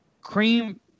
cream